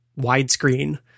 widescreen